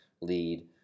lead